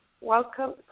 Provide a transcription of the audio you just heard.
welcome